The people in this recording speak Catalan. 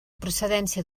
procedència